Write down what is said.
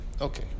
Okay